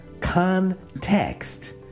context